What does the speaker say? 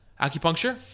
acupuncture